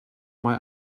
mae